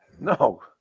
No